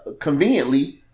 conveniently